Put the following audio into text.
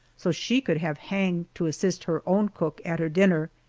so she could have hang to assist her own cook at her dinner.